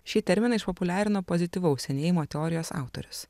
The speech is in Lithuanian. šį terminą išpopuliarino pozityvaus senėjimo teorijos autorius